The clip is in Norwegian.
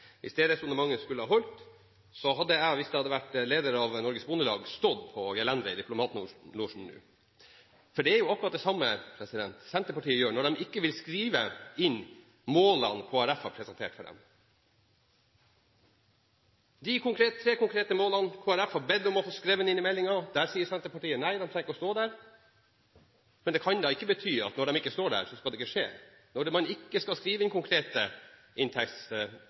hvis jeg hadde vært leder av Norges Bondelag, stått på gelenderet i diplomatlosjen nå. For det er jo akkurat det samme Senterpartiet gjør når de ikke vil skrive inn målene Kristelig Folkeparti har presentert for dem. Når det gjelder de tre konkrete målene Kristelig Folkeparti har bedt om å få skrevet inn i meldingen, sier Senterpartiet nei, de trenger ikke å stå der. Men det kan da ikke bety at når de ikke står der, så skal det ikke skje, at når man ikke skal skrive inn konkrete